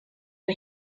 can